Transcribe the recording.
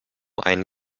ein